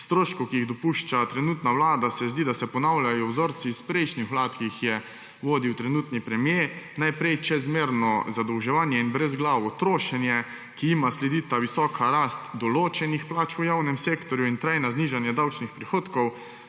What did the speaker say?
stroškov, ki jih dopušča trenutna vlada, se zdi, da se ponavljajo vzorci iz prejšnjih vlad, ki jih je vodil trenutni premier. Najprej čezmerno zadolževanje in brezglavo trošenje, ki jima sledijo visoka rast določenih plač v javnem sektorju in trajna znižanja davčnih prihodkov,